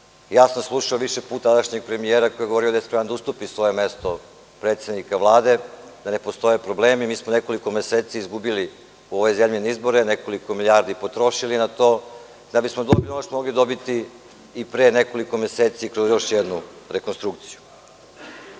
Slušao sam više puta tadašnjeg premijera koji je govorio da je spreman da ustupi svoje mesto predsednika Vlade, da ne postoje problemi. Mi smo nekoliko meseci izgubili u ovoj zemlji na izbore, nekoliko milijardi potrošili na to da bismo dobili ono što smo mogli dobiti i pre nekoliko meseci, još jednu rekonstrukciju. Istina,